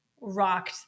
rocked